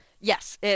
Yes